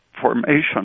formation